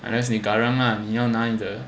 unless 你 garang lah 你要拿你的